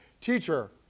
Teacher